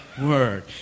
word